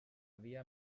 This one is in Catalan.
havia